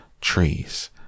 trees